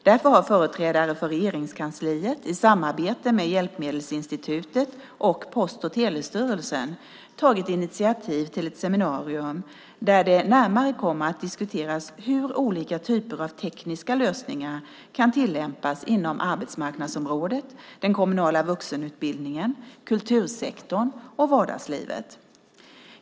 Därför har företrädare för Regeringskansliet i samarbete med Hjälpmedelsinstitutet och Post och telestyrelsen tagit initiativ till ett seminarium där det närmare kommer att diskuteras hur olika typer av tekniska lösningar kan tillämpas inom arbetsmarknadsområdet, den kommunala vuxenutbildningen, kultursektorn och vardagslivet.